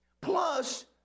plus